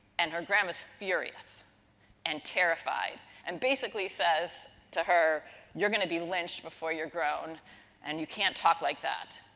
and, her gram is furious and terrified and basically says to her you're going to be lynched before you're grown and you can't talk like that.